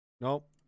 Nope